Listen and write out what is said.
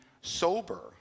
sober